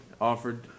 offered